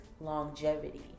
longevity